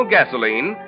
Gasoline